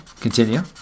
Continue